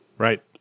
Right